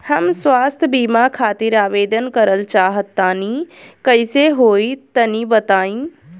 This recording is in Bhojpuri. हम स्वास्थ बीमा खातिर आवेदन करल चाह तानि कइसे होई तनि बताईं?